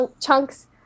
chunks